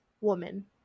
woman